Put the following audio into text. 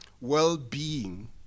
well-being